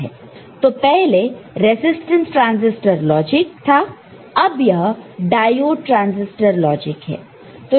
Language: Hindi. तो पहले रिटर्ंस ट्रांसिस्टर लॉजिक था अब यह डायोड ट्रांसिस्टर लॉजिक है